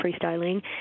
freestyling